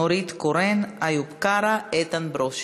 נורית קורן, איוב קרא, איתן ברושי.